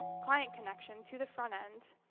client connection to the front end,